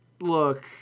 Look